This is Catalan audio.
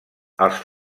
els